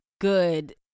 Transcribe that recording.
good